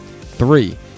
Three